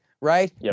right